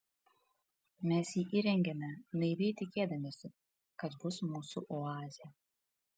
mes jį įrengėme naiviai tikėdamiesi kad bus mūsų oazė